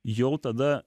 jau tada